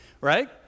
right